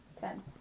Ten